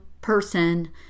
person